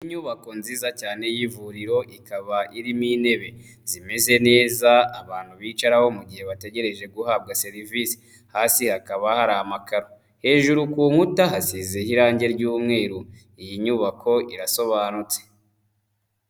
Inyubako nziza cyane y'ivuriro, ikaba irimo intebe zimeze neza abantu bicaraho mu gihe bategereje guhabwa serivisi, hasi hakaba hari amakaro, hejuru ku nkuta hasizeho irangi ry'umweru, iyi nyubako irasobanutse.